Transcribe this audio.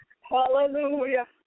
Hallelujah